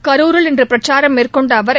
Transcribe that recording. கரூரில் இன்றுபிரச்சாரம் மேற்கொண்டஅவர்